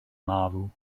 marw